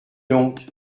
donc